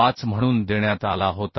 5 म्हणून देण्यात आला होता